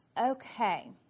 okay